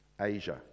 Asia